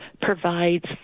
provides